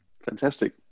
Fantastic